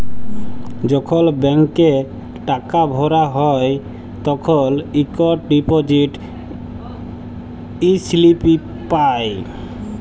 যখল ব্যাংকে টাকা ভরা হ্যায় তখল ইকট ডিপজিট ইস্লিপি পাঁই